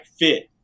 fit